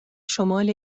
شمال